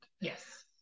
Yes